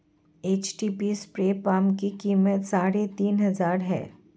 HTP spray pump की कीमत साढ़े तीन हजार है